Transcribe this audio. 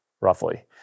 roughly